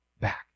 back